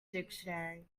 dictionary